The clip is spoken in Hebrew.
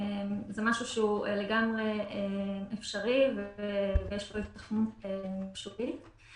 זה משהו שהוא לגמרי אפשרי ויש פה היתכנות מחשובית,